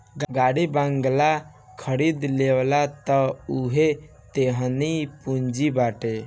गाड़ी बंगला खरीद लेबअ तअ उहो तोहरे पूंजी बाटे